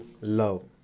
Love